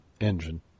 engine